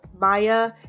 Maya